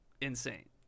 insane